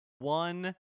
One